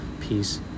Peace